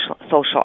social